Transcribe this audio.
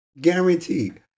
Guaranteed